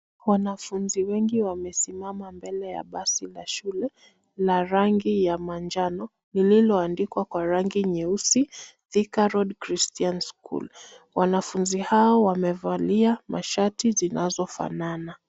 Wanafunzi wengi wamesimama ndani ya basi la shule, la rangi ya manjano lililo andikwa kwa rangi nyeusi Thika road Christian school. Wanafunzi hao wamevalia mashati zinazo fanana .